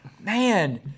man